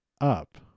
up